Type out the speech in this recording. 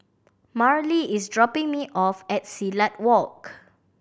Marlee is dropping me off at Silat Walk